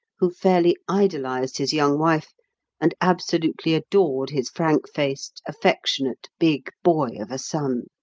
who fairly idolised his young wife and absolutely adored his frank-faced, affectionate, big boy of a son,